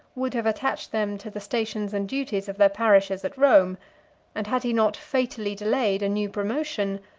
would have attached them to the stations and duties of their parishes at rome and had he not fatally delayed a new promotion,